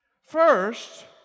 First